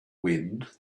wind